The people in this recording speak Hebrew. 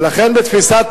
אז מה אתה עושה,